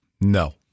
No